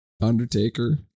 Undertaker